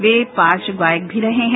वे पार्श्वगायक भी रहे हैं